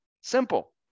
simple